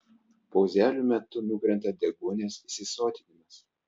pauzelių metu nukrenta deguonies įsisotinimas